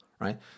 right